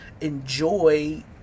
enjoy